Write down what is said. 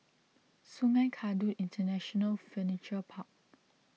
Sungei Kadut International Furniture Park